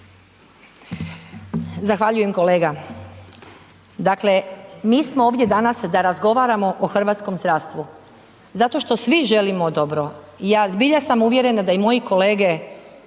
Zahvaljujem kolega. Dakle, mi smo ovdje danas da razgovaramo o hrvatskom zdravstvu, zato što svi želimo dobro i ja zbilja sam uvjerena da i moji kolege